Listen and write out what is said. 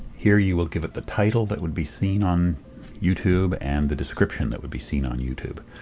here you will give it the title that would be seen on youtube, and the description that would be seen on youtube.